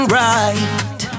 right